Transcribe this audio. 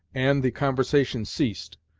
and the conversation ceased,